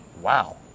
wow